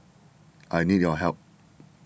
I need your help